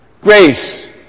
Grace